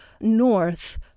north